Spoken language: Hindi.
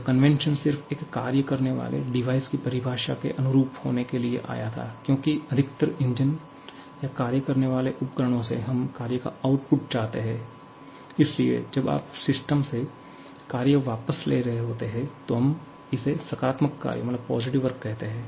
यह कन्वेंशन सिर्फ एक कार्य करने वाले डिवाइस की परिभाषा के अनुरूप होने के लिए आया था क्योंकि अधिकतर इंजन या कार्य करने वाले उपकरणों से हम कार्य का आउटपुट चाहते हैं इसलिए जब आप सिस्टम से कार्य वापस ले रहे होते हैं तो हम इसे सकारात्मक कार्य कहते हैं